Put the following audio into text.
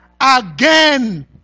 again